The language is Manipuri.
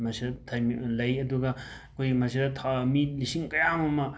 ꯃꯁꯤꯗ ꯊꯝꯃꯤ ꯂꯩ ꯑꯗꯨꯒ ꯑꯩꯈꯣꯏ ꯃꯁꯤꯗ ꯃꯤ ꯂꯤꯁꯤꯡ ꯀꯌꯥ ꯑꯃ